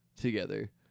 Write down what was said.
together